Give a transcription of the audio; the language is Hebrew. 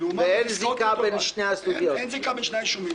אולי שוחד,